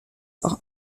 are